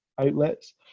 outlets